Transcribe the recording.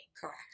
correct